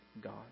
God